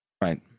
Right